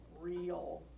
real